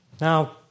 Now